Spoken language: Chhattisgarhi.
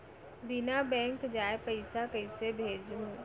बिना बैंक जाए पइसा कइसे भेजहूँ?